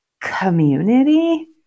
community